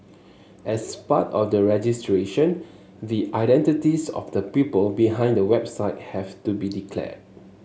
as part of the registration the identities of the people behind the website have to be declared